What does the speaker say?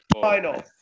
final